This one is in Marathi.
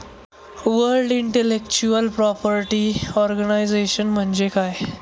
वर्ल्ड इंटेलेक्चुअल प्रॉपर्टी ऑर्गनायझेशन म्हणजे काय?